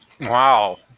Wow